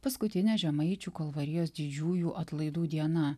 paskutinė žemaičių kalvarijos didžiųjų atlaidų diena